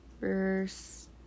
Verse